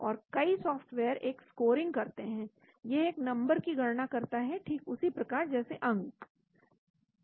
फिर कई सॉफ्टवेयर एक स्कोरिंग करते हैं यह एक नंबर की गणना करता है ठीक उसी प्रकार जैसे आपके अंक